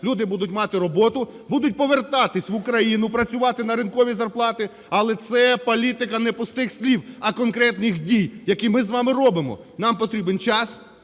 люди будуть мати роботу, будуть повертатися в Україну працювати на ринкові зарплати. Але це політика не пустих слів, а конкретних дій, які ми з вами робимо. Нам потрібен час,